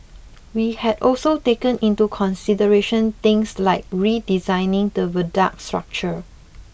we had also taken into consideration things like redesigning the viaduct structure